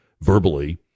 verbally